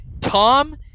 Tom